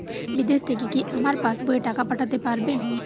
বিদেশ থেকে কি আমার পাশবইয়ে টাকা পাঠাতে পারবে?